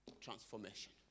Transformation